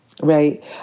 Right